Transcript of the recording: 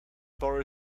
borrow